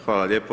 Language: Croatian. Hvala lijepo.